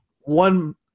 one